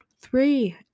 Three